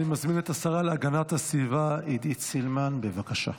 אני מזמין את השרה להגנת הסביבה סילמן, בבקשה.